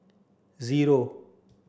zero